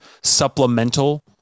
supplemental